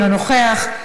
אינו נוכח,